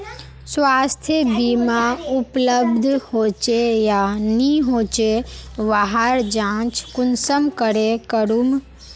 स्वास्थ्य बीमा उपलब्ध होचे या नी होचे वहार जाँच कुंसम करे करूम?